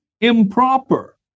improper